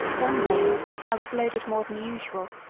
one day i was loaded more than usual,